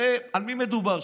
הרי על מי מדובר?